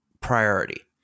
priority